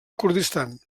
kurdistan